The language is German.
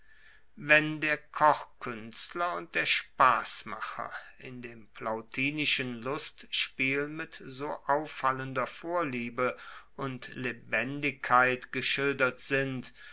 wenn der kochkuenstler und der spassmacher in dem plautinischen lustspiel mit so auffallender vorliebe und lebendigkeit geschildert sind